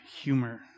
humor